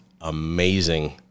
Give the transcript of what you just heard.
amazing